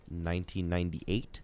1998